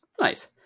nice